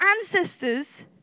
ancestors